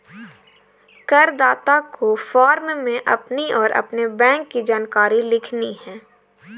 करदाता को फॉर्म में अपनी और अपने बैंक की जानकारी लिखनी है